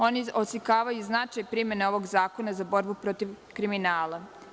Oni oslikavaju značaj primene ovog Zakona za borbu protiv kriminala.